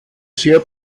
sehr